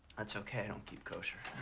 that's okay. i don't keep kosher.